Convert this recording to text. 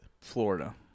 Florida